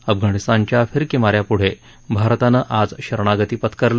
अफगाणिस्तानच्या फिरकी मा यापुढे भारतानं आज शरणागती पत्करली